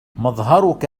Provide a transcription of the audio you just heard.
مظهرك